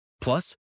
Plus